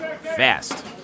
fast